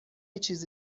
چیزی